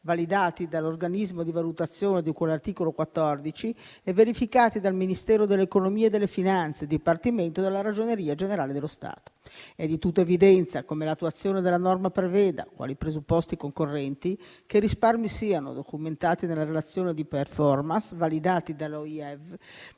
validati dall'organismo di valutazione di cui all'articolo 14 e verificati dal Ministero dell'economia e delle finanze, Dipartimento della Ragioneria generale dello Stato. È di tutta evidenza come l'attuazione della norma preveda, quali presupposti concorrenti, che i risparmi siano documentati nella relazione di *performance*, validati dall'Organismo